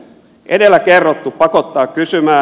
edellä kerrottu pakottaa kysymään